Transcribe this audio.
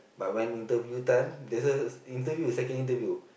but when interview time there's a interview second interview